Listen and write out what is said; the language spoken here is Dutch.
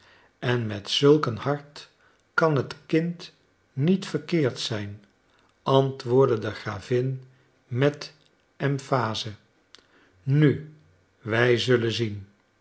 en met zulk een hart kan het kind niet verkeerd zijn antwoordde de gravin met emphase nu wij zullen zien